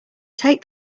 take